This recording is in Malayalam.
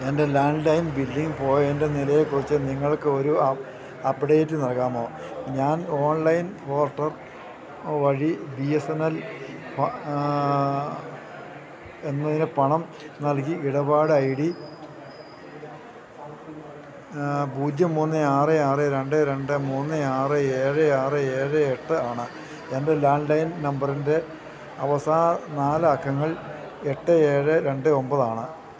എൻ്റെ ലാൻറ്റ് ലൈൻ ബില്ലിങ് പോയൻറ്റ് നിലയെക്കുറിച്ച് നിങ്ങൾക്ക് ഒരു അപ് അപ്ഡേറ്റ് നൽകാമോ ഞാൻ ഓൺലൈൻ പോർട്ടൽ വഴി ബി എസ് എൻ എൽ ഭാ എന്നതിന് പണം നൽകി ഇടപാട് ഐ ഡി പൂജ്യം മൂന്ന് ആറ് ആറ് രണ്ട് രണ്ട് മൂന്ന് ആറ് ഏഴ് ആറ് ഏഴ് എട്ട് ആണ് എൻ്റെ ലാൻറ്റ് ലൈൻ നമ്പറിൻ്റെ അവസാന നാല് അക്കങ്ങൾ എട്ട് ഏഴ് രണ്ട് ഒൻപത് ആണ്